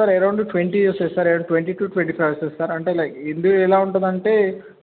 sir around twenty వస్తాయి sir around twenty two twenty five వస్తుంది sir అంటే లై ఇందులో ఎలా ఉంటుందంటే